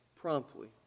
promptly